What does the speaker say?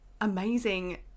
amazing